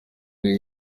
niba